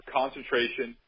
concentration